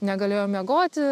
negalėjo miegoti